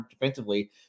defensively